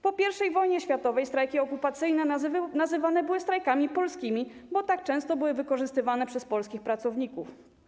Po I wojnie światowej strajki okupacyjne nazywane były strajkami polskimi, bo tak często były wykorzystywane przez polskich pracowników.